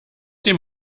dem